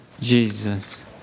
Jesus